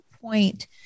point